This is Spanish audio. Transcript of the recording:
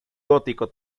gótico